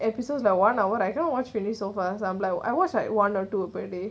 episodes like one or what I cannot watch finish so fast I'm like I watch one or two per day